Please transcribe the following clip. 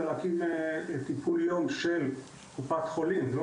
זה להקים טיפול יום של קופת חולים לא